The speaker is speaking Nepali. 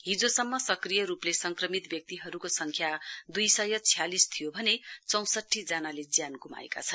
हिजोसम्म सक्रिय रुपले संक्रमित व्यक्तिहरुको संख्या दुई सय छ्यालिस थियो भने चौंसठी जनाको ज्यान गुमाएका छन्